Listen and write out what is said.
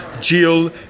Jill